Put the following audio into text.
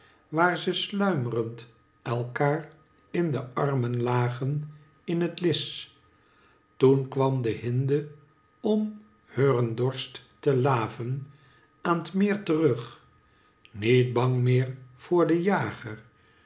waar ze sluimrend elkaer in de armen lagen in het lisch toen kwam de hinde om heuren dorst te laven aan t meir terug niet bang meer voor den jager